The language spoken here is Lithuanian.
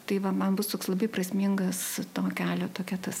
tai va man bus toks labai prasmingas to kelio toketas